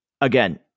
Again